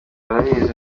barabizi